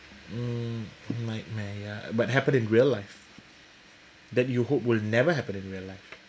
mm nightmare ya but happen in real life that you hope will never happen in real life